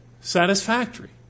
satisfactory